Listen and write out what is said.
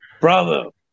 Bravo